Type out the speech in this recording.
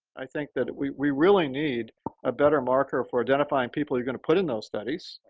i think that we we really need a better marker for identifying people you're going to put in those studies.